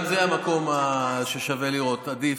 גם זה מקום ששווה לראות, עדיף.